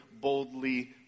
boldly